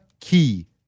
Key